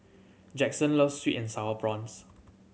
Jaxson loves sweet and Sour Prawns